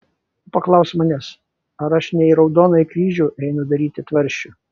ji paklausė manęs ar aš ne į raudonąjį kryžių einu daryti tvarsčių